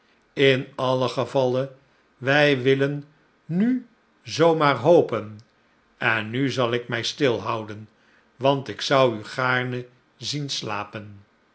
in alien gevalle wij willen nu zoo maar hopen en nu zal ik mij stilhouden want ik zou u gaarne zien slapen